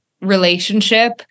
relationship